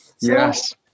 Yes